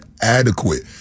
adequate